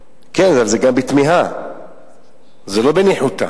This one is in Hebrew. כן, אבל זה גם בתמיהה וזה לא בניחותא.